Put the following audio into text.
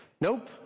Nope